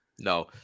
No